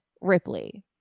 Ripley